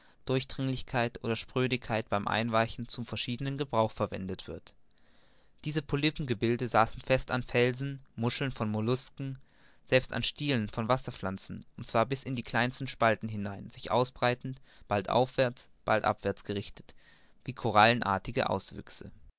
oder sprödigkeit beim einweichen zu verschiedenem gebrauch verwendet wird diese polypengebilde saßen fest an felsen muscheln von mollusken selbst an stielen von wasserpflanzen und zwar bis in die kleinsten spalten hinein sich ausbreitend bald aufwärts bald abwärts gerichtet wie korallenartige auswüchse